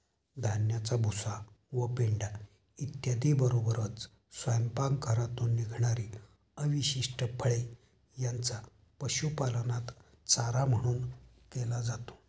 धान्याचा भुसा व पेंढा इत्यादींबरोबरच स्वयंपाकघरातून निघणारी अवशिष्ट फळे यांचा पशुपालनात चारा म्हणून केला जातो